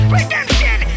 redemption